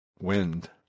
wind